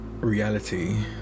reality